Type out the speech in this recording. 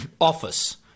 office